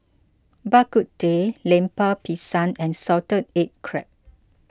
Bak Kut Teh Lemper Pisang and Salted Egg Crab